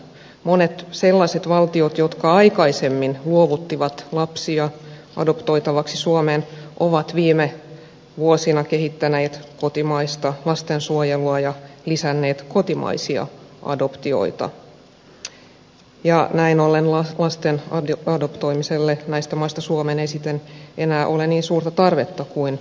monet sellaiset valtiot jotka aikaisemmin luovuttivat lapsia adoptoitaviksi suomeen ovat viime vuosina kehittäneet kotimaista lastensuojelua ja lisänneet kotimaisia adoptioita ja näin ollen lasten adoptoimiselle näistä maista suomeen ei siten enää ole niin suurta tarvetta kuin ennen